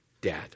Dad